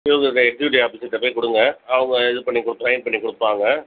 Sivaguru executive ஆஃபிசர்கிட்ட போய் கொடுங்க அவங்க இது பண்ணி கொடு சைன் பண்ணி கொடுப்பாங்க